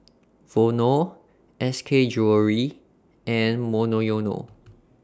Vono S K Jewellery and Monoyono